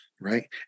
right